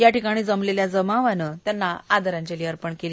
याठिकाणी जमलेल्या जमावानं त्यांना आदरांजली अर्पण केली